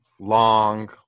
Long